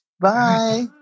bye